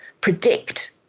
predict